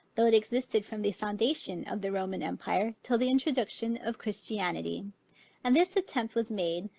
though it existed from the foundation of the roman empire till the introduction of christianity and this attempt was made,